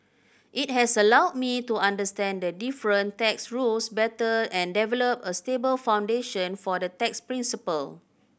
it has allowed me to understand the different tax rules better and develop a stable foundation for the tax principle